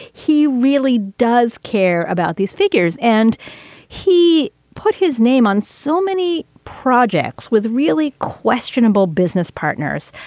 he really does care about these figures. and he put his name on so many projects with really questionable business partners.